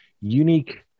unique